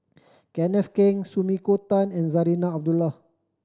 Kenneth Keng Sumiko Tan and Zarinah Abdullah